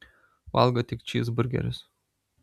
valgo tik čyzburgerius